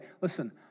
listen